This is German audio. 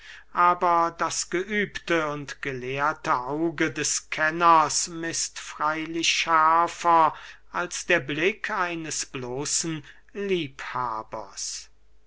aber das geübte und gelehrte auge des kenners mißt freylich schärfer als der blick eines bloßen liebhabers